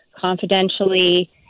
confidentially